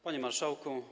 Panie Marszałku!